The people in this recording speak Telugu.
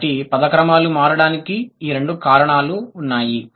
కాబట్టి పద క్రమాలు మారడానికి ఈ రెండు కారణాలు ఉన్నాయి